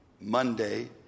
Monday